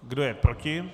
Kdo je proti?